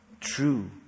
true